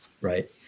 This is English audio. right